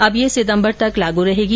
अब यह सितंबर तक लागू रहेगी